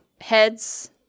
heads